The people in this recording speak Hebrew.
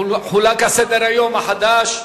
חולק סדר-יום החדש לכולם.